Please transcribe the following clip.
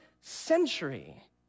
century